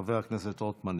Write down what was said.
חבר הכנסת רוטמן,